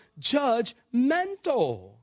judgmental